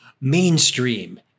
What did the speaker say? mainstream